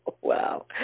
Wow